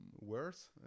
worse